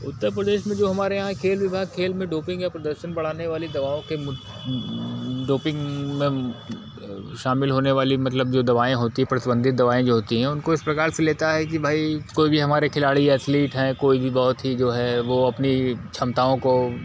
उत्तर प्रदेश में जो हमारे यहाँ खेल विभाग खेल में डोपिंग या प्रदर्शन बढ़ाने वाली दवाओं के डोपिंग में शामिल होने वाली मतलब जो दवाएँ होती प्रतिबंधित दवाएँ जो होती हैं उनको इस प्रकार से लेता है कि भाई कोई भी हमारे खिलाड़ी एथलीट हैं कोई भी बहुत ही जो है वह अपनी क्षमताओं को